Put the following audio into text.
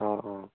অ অ